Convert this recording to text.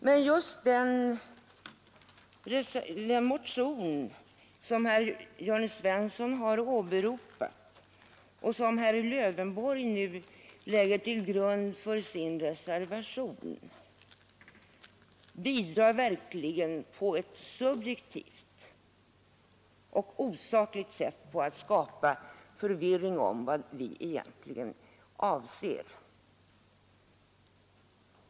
Men den motion som herr Jörn Svensson har åberopat och som herr Lövenborg har lagt till grund för sin reservation bidrar verkligen på ett subjektivt och osakligt sätt till att skapa förvirring om vad vi egentligen avser.